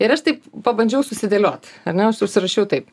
ir aš taip pabandžiau susidėlioti ar ne aš užsirašiau taip